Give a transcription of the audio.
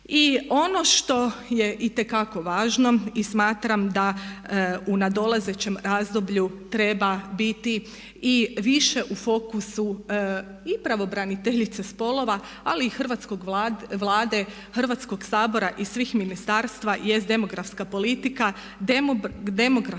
I ono što je itekako važno i smatram da u nadolazećem razdoblju treba biti i više u fokusu i pravobraniteljice spolova, ali i hrvatske Vlade, Hrvatskog sabora i svih ministarstva jest demografska politika, demografska